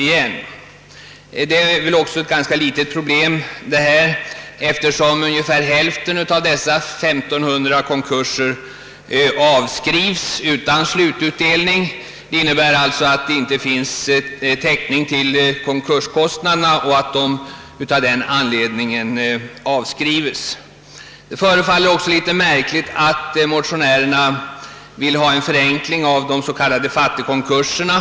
Problemet är också ganska litet, eftersom ungefär hälften av dessa 1500 konkurser avskrivs utan slututdelning — det finns inte täckning för konkurskostnaderna. Det förefaller också märkligt att motionärerna vill ha en förenkling av de s.k. fattigkonkurserna.